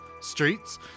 streets